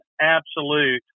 absolute